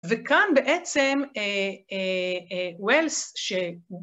וכאן בעצם וואלס